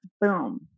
boom